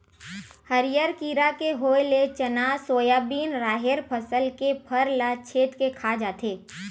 हरियर कीरा के होय ले चना, सोयाबिन, राहेर फसल के फर ल छेंद के खा जाथे